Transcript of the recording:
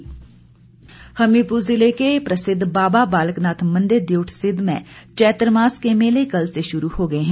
चैत्र नवरात्र हमीरपुर ज़िले के प्रसिद्ध बाबा बालक नाथ मंदिर दियोटसिद्ध में चैत्र मास के मेले कल से शुरू हो गए हैं